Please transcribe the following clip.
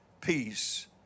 peace